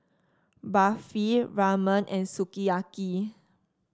Barfi Ramen and Sukiyaki